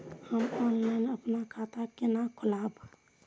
हम ऑनलाइन अपन खाता केना खोलाब?